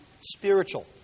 spiritual